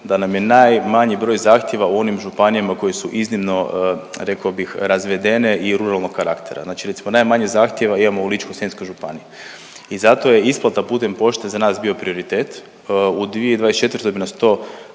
da nam je najmanji broj zahtjeva u onim županijama koje su iznimno rekao bih razvedene i ruralnog karaktera. Znači recimo najmanje zahtjeva imamo u Ličko-senjskoj županiji i zato je isplata putem pošte za nas bio prioritet. U 2024. bi nas to